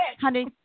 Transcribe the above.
Honey